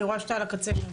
אני רואה שאתה על הקצה שם.